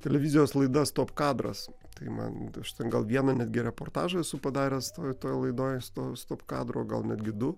televizijos laida stop kadras tai man aš ten gal vieną netgi reportažą esu padaręs toj toj laidoj stop stop kadro gal netgi du